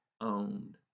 owned